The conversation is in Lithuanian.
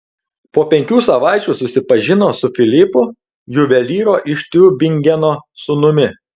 po penkių savaičių susipažino su filipu juvelyro iš tiubingeno sūnumi